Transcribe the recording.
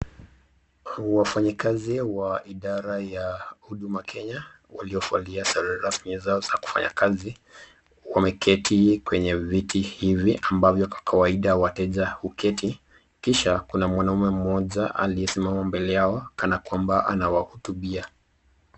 Wafanyikazi wa idara ya Huduma Kenya waliovalia sare rasmi zao za kufanya kazi wameketi kwenye viti hivi ambavyo kwa kawaida wateja huketi kisha kuna mwanaume mmoja aliyesimama mbele ya hawa kana kwamba anawahutubia.